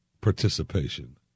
participation